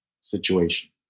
situation